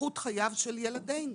ואיכות חייהם של ילדנו?